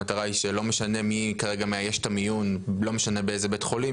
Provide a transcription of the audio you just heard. המטרה שלא משנה מי כרגע מאייש את המיון ולא משנה באיזה בית חולים,